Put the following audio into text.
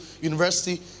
university